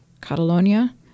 Catalonia